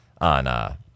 on